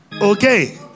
okay